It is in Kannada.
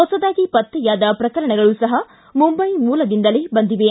ಹೊಸದಾಗಿ ಪತ್ತೆಯಾದ ಪ್ರಕರಣಗಳೂ ಸಹ ಮುಂಬೈ ಮೂಲದಿಂದಲೇ ಬಂದಿವೆ